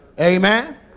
Amen